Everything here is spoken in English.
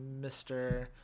Mr